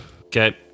Okay